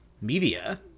media